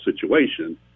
situation